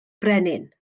brenin